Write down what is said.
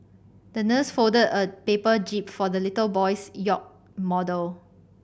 the nurse folded a paper jib for the little boy's yacht model